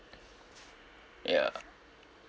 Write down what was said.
ya